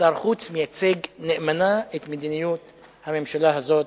כשר חוץ מייצג נאמנה את מדיניות הממשלה הזאת,